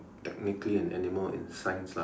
technically an animal in science lah